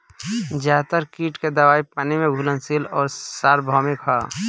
ज्यादातर कीट के दवाई पानी में घुलनशील आउर सार्वभौमिक ह?